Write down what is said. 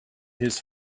his